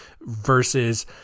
versus